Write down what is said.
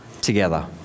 together